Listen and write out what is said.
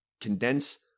Condense